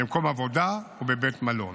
במקום העבודה ובבית מלון,